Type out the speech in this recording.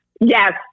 Yes